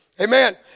Amen